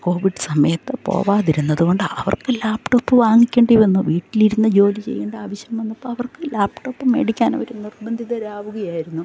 Covid സമയത്ത് പോവാതിരുന്നതുകൊണ്ട് അവർക്ക് ലാപ്ടോപ്പ് വാങ്ങിക്കേണ്ടിവന്നു വീട്ടിലിരുന്ന് ജോലി ചെയ്യേണ്ട ആവശ്യം വന്നപ്പോൾ അവർക്ക് ലാപ്ടോപ്പ് മേടിക്കാൻ അവർ നിർബന്ധിതരാവുകയായിരുന്നു